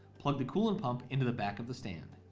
plug the coolant pump into the back of the stand.